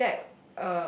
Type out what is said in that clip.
and that